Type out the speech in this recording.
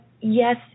yes